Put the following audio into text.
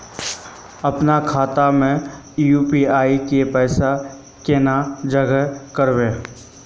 अपना खाता में यू.पी.आई के पैसा केना जाहा करबे?